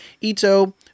Ito